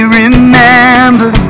remember